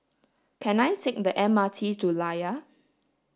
can I take the M R T to Layar